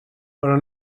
però